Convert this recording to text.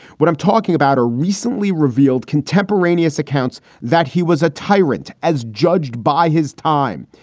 what i'm talking about a recently revealed contemporaneous accounts that he was a tyrant as judged by his time,